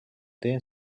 teen